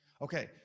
Okay